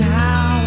now